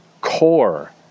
core